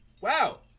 Wow